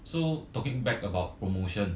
so talking back about promotion